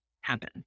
happen